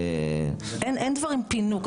אין דברים "פינוק".